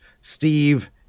Steve